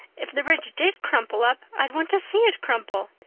if the bridge did crumple up i'd want to see it crumple.